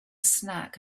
snack